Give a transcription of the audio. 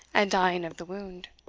and dying of the wound.